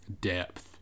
depth